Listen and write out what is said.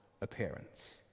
appearance